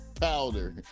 powder